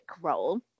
role